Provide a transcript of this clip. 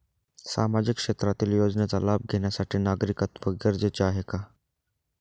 सामाजिक क्षेत्रातील योजनेचा लाभ घेण्यासाठी नागरिकत्व गरजेचे आहे का?